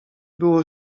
było